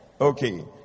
Okay